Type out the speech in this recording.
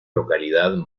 localidad